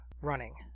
running